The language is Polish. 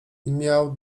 miał